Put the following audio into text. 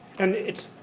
and it's,